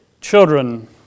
Children